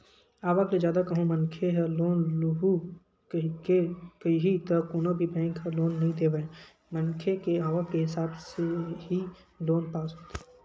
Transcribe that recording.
आवक ले जादा कहूं मनखे ह लोन लुहूं कइही त कोनो भी बेंक ह लोन नइ देवय मनखे के आवक के हिसाब ले ही लोन पास होथे